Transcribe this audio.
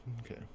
Okay